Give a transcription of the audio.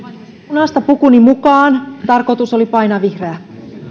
punaista pukuni mukaan tarkoitukseni oli painaa vihreää